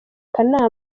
kanama